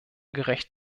gerecht